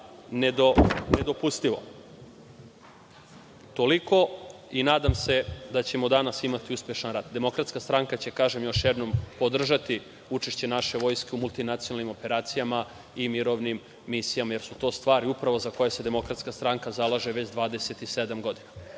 nedopustivo. Toliko i nadam se da ćemo danas imati uspešan rad. Demokratska stranka će, da kažem još jednom podržati učešće naše vojske u multinacionalnim operacijama i mirovnim misijama, jer su to stvari upravo za koje se demokratska stranka zalaže već 27 godina.